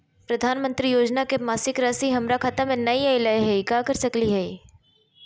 प्रधानमंत्री योजना के मासिक रासि हमरा खाता में नई आइलई हई, का कर सकली हई?